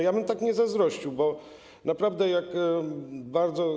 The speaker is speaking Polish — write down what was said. Ja bym tak nie zazdrościł, bo naprawdę jak bardzo.